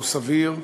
הוא סביר,